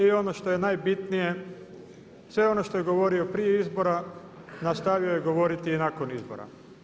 I ono što je najbitnije sve ono što je govorio prije izbora nastavio je govoriti i nakon izbora.